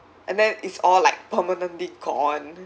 and then it's all like permanently gone